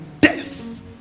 death